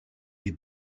des